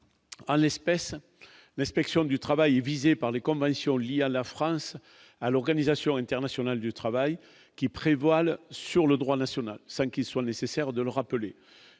à l'espèce d'inspection du travail est visé par les conventions liées à la France à l'Organisation internationale du travail qui prévoient le sur le droit national 5 qu'il soit nécessaire de le rappeler,